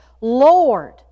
Lord